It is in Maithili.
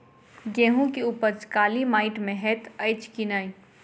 गेंहूँ केँ उपज काली माटि मे हएत अछि की नै?